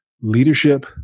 leadership